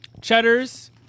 Cheddar's